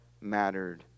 mattered